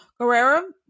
Guerrero